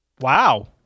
Wow